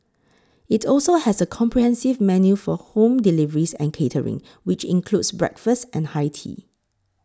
it also has a comprehensive menu for home deliveries and catering which includes breakfast and high tea